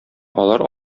алар